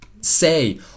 say